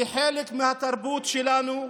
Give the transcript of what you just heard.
היא חלק מהתרבות שלנו.